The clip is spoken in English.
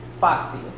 Foxy